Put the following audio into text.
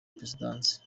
perezidansi